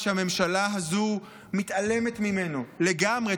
הממשלה הזו מתעלמת ממנו לגמרי,